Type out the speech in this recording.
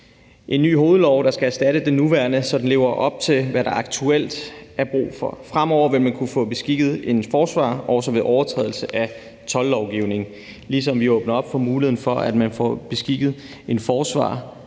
en ny hovedlov, der skal erstatte den nuværende, så den lever op til, hvad der aktuelt er brug for. Fremover vil man kunne få beskikket en forsvarer, også ved overtrædelse af toldlovgivningen, ligesom vi åbner op for muligheden for, at man får beskikket en forsvarer,